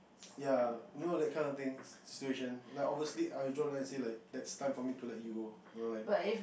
ya you know like that can of things situation like obviously I'll draw line say like it's time for me to let you go you know like